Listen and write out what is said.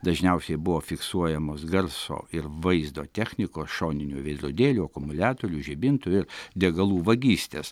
dažniausiai buvo fiksuojamos garso ir vaizdo technikos šoninių veidrodėlių akumuliatorių žibintų ir degalų vagystės